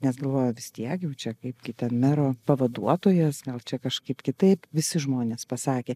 nes galvoju vis tiek jau čia kaipgi ten mero pavaduotojas gal čia kažkaip kitaip visi žmonės pasakė